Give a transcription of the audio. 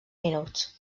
minuts